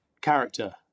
character